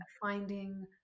Finding